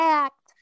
act